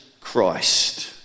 Christ